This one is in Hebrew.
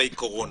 ה"פייק קורונה".